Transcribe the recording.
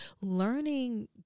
learning